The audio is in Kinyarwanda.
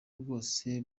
rwose